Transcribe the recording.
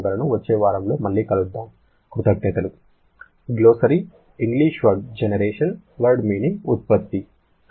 వచ్చే వారంలో మళ్లీ కలుద్దాం